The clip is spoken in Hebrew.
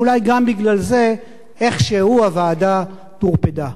ואולי גם בגלל זה איכשהו הוועדה טורפדה.